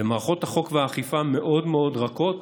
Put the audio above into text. ומערכות החוק והאכיפה מאוד מאוד, רכות